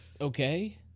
okay